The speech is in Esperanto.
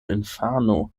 infano